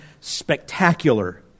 spectacular